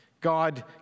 God